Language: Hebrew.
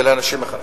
של האנשים החלשים.